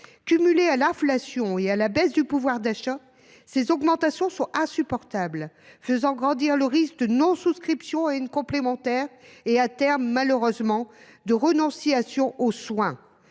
Cumulées à l’inflation et à la baisse du pouvoir d’achat, ces hausses de tarifs sont insupportables, faisant grandir le risque de non souscription à une complémentaire et, à terme, malheureusement, le risque de renonciation aux soins.